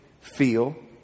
feel